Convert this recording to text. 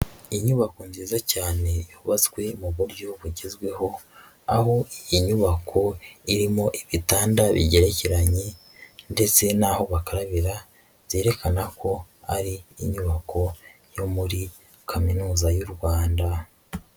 Inyubako nziza cyane yubatswe mu buryo bugezweho, aho iyi nyubako irimo ibitanda bigerekeranye ndetse n'aho bakabira, byerekana ko ari inyubako yo muri Kaminuza y'u Rwanda.